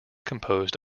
composed